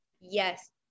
Yes